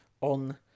on